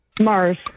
Mars